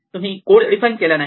तुम्ही code define केला नाही